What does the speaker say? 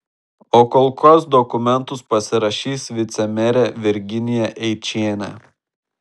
o kol kas dokumentus pasirašys vicemerė virginija eičienė